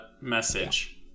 message